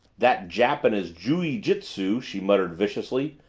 that jap and his jooy-jitsu, she muttered viciously.